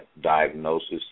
diagnosis